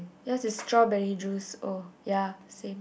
just a strawberry juice oh ya I see